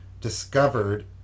discovered